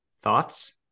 Thoughts